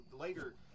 later